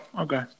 Okay